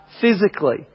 physically